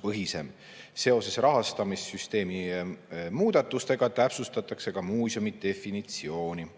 tulemuspõhisem. Seoses rahastamissüsteemi muudatustega täpsustatakse ka muuseumi definitsiooni.